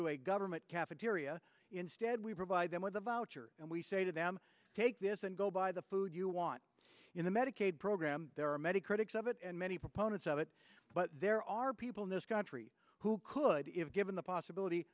to a government cafeteria instead we provide them with a voucher and we say to them take this and go buy the food you want in the medicaid program there are many critics of it and many proponents of it but there are people in this country who could if given the possibility